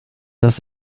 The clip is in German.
das